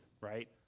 right